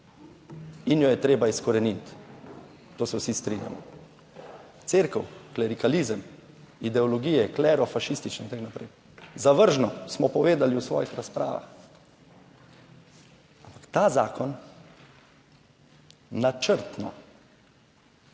in jo je treba izkoreniti - to se vsi strinjamo. Cerkev klerikalizem, ideologije klerofašistična in tako naprej zavržno, smo povedali v svojih razpravah. Ampak ta zakon načrtno